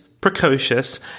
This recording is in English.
precocious